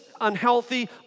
unhealthy